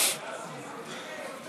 סעיפים 1